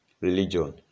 religion